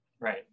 Right